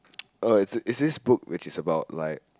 uh it's this book which is about like